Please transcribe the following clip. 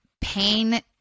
pain